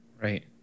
Right